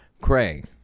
Craig